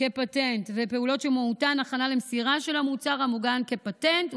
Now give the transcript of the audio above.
בפטנט ופעולות שמהותן הכנה למסירה של המוצר המוגן בפטנט,